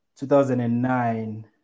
2009